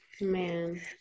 man